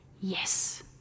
yes